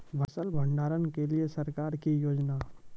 फसल भंडारण के लिए सरकार की योजना?